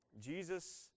Jesus